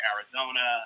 Arizona